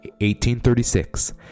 1836